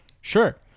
Sure